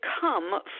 come